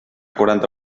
quaranta